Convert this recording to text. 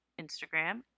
Instagram